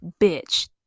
bitch